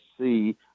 see